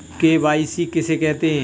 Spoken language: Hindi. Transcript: के.वाई.सी किसे कहते हैं?